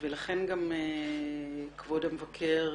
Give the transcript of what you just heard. לכן גם כבוד המבקר,